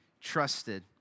trusted